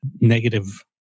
negative